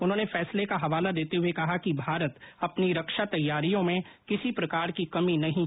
उन्होंने फैसले का हवाला देते हुए कहा कि भारत अपनी रक्षा तैयारियों में किसी प्रकार की कमी नहीं छोड़ सकता